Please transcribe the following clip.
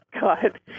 God